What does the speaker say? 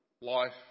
life